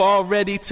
already